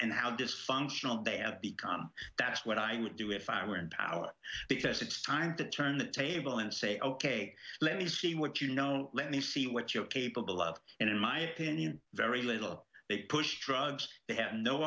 and how dysfunctional they have become that's what i would do if i were in power because it's time to turn the table and say ok let me see what you know let me see what you're capable of and in my opinion very little they push drugs they have no